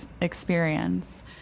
experience